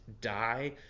die